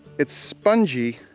it's spongy,